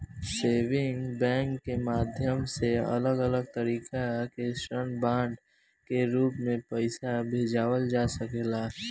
saving bank के माध्यम से अलग अलग तरीका के ऋण बांड के रूप में पईसा बचावल जा सकेला